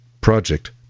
Project